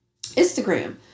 Instagram